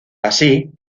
así